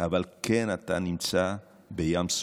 אבל כן אתה נמצא בים סוער.